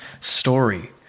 Story